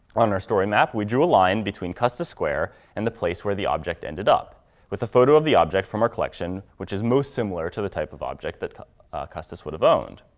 on our story map, we drew a line between custis square and the place where the object ended up with the photo of the object from our collection, which is most similar to the type of object that custis would have owned.